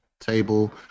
table